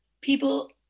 people